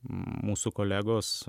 mūsų kolegos